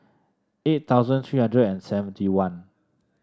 eight thousand three hundred and seventy one